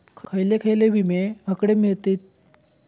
खयले खयले विमे हकडे मिळतीत?